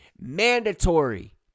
mandatory